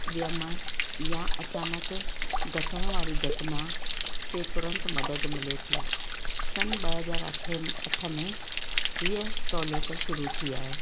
वियमु या अचानकि घटण वारी घटिना ते तुरंत मदद मिले थी सन ॿ हज़ार अठें अठ में हीअं सहूलियत शुरू थी आहे